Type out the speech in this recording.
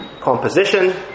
composition